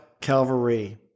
Calvary